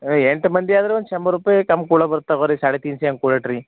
ಅದೆ ಎಂಟು ಮಂದಿ ಆದರು ಒಂದು ರೂಪಾಯಿ ತಗೋರಿ ಸಾಡೆ ತೀನ್ ಸೆ ಹಂಗೆ ಕೊಡ್ರಿ